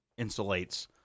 insulates